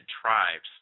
tribes